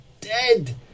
dead